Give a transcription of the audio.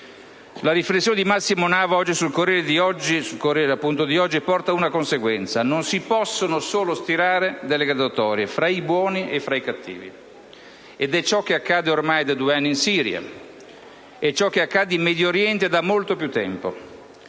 La riflessione di Massimo Nava su «Il Corriere della Sera» di oggi porta ad una conseguenza: non si possono solo stilare delle graduatorie fra i buoni e i cattivi. È ciò che accade ormai da due anni in Siria. È ciò che accade in Medio Oriente da molto più tempo.